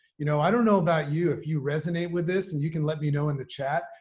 you know, i don't know about you if you resonate with this. and you can let me know in the chat,